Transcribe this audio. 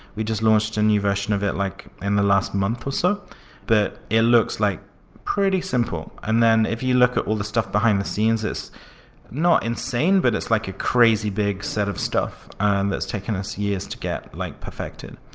we just launched a new version of it like in the last month ah so or it looks like pretty simple. and then if you look at all the stuff behind the scenes, it's not insane, but it's like a crazy big set of stuff and that's taken us years to get like perfected.